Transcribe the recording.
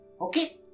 Okay